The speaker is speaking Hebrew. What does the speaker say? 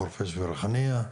חורפיש וריחאניה.